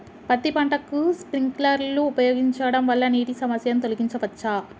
పత్తి పంటకు స్ప్రింక్లర్లు ఉపయోగించడం వల్ల నీటి సమస్యను తొలగించవచ్చా?